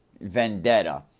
vendetta